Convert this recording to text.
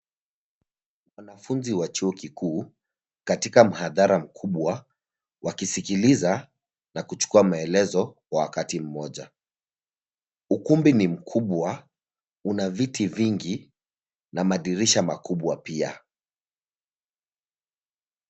Wanafunzi wa chuo kikuu katika mhadhara mkubwa wakisikiliza na kuchukua maelezo wa wakati mmoja. Ukumbi ni mkubwa una viti vingi na madirisha makubwa pia.